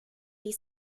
wie